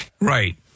right